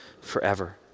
forever